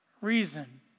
reason